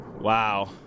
Wow